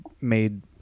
made